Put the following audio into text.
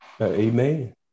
Amen